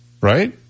Right